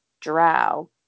drow